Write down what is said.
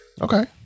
okay